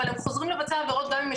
אבל הם חוזרים לבצע עבירות גם אם הם